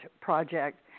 project